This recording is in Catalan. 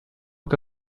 que